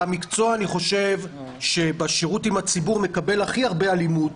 זה המקצוע שבשירות עם הציבור סופג הכי הרבה אלימות